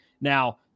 now